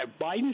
Biden